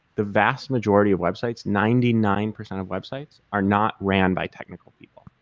the vast majority of websites, ninety nine percent of websites, are not ran by technical people.